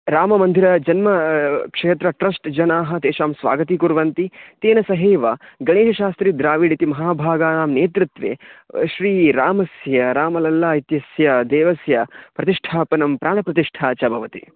राममन्दिरजन्म क्षेत्रं ट्रस्ट् कनाः तेषां स्वागतीकुर्वन्ति तेन सहैव गणेशशास्त्री द्राविड् इति महाभागानां नेतृत्वे श्रीरामस्य रामलल्ला इत्यस्य देवस्य प्रतिष्ठापनं प्राणप्रतिष्ठा च भवति